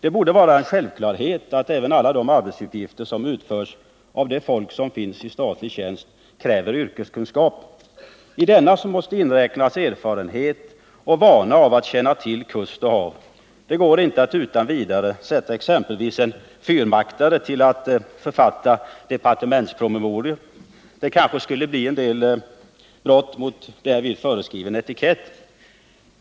Det borde vara en självklarhet att även alla de arbetsuppgifter som utförs av dem som finns i statlig tjänst kräver yrkeskunskap. I denna måste inräknas erfarenhet och långvarig kännedom om kuster och hav. Det går inte att utan vidare sätta exempelvis en fyrvaktare till att författa departementspromemorior. Det kanske skulle bli en del brott mot därvid föreskriven etikett.